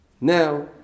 Now